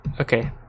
Okay